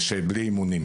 למצטיין?